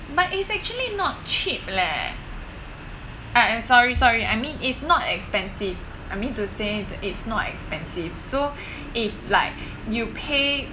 but it's actually not cheap leh I am sorry sorry I mean is not expensive I mean to say it's not expensive so if like you pay